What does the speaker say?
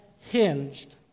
hinged